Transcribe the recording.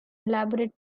elaborate